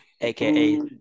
aka